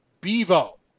Bevo